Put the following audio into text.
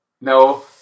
No